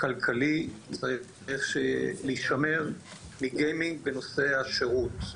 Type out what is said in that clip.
הכלכלי שצריך להישמר לגיימינג בנושא השירות.